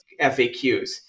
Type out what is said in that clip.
FAQs